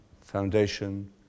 foundation